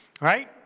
right